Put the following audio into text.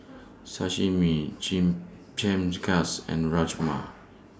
Sashimi Chimichangas and Rajma